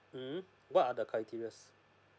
mmhmm what are the criterias